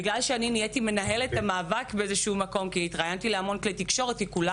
בגלל שאני מנהלת את המאבק כי התראיינתי להרבה כלי תקשורת כי כולם